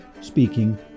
speaking